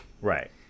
Right